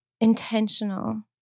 intentional